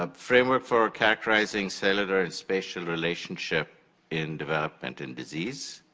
um framework for categorizing cellular and spatial relationship in development and disease,